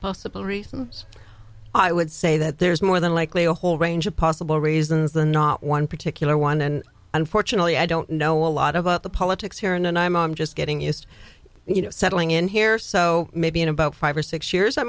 possible reasons i would say that there's more than likely a whole range of possible reasons the not one particular one and unfortunately i don't know a lot about the politics here and and i'm i'm just getting used you know settling in here so maybe in about five or six years i